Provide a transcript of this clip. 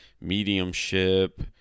mediumship